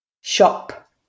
shop